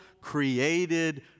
created